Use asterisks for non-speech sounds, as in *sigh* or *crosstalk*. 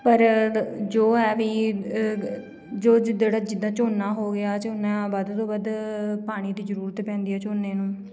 ਪਰ ਜੋ ਹੈ ਵੀ *unintelligible* ਜਿੱਦਾਂ ਝੋਨਾ ਹੋ ਗਿਆ ਝੋਨਾ ਵੱਧ ਤੋਂ ਵੱਧ ਪਾਣੀ ਦੀ ਜ਼ਰੂਰਤ ਪੈਂਦੀ ਹੈ ਝੋਨੇ ਨੂੰ